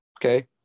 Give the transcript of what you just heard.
Okay